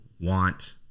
want